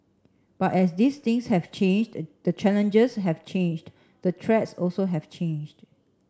but as these things have changed the challenges have changed the threats also have changed